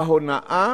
ההונאה